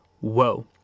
whoa